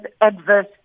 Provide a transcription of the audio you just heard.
adverse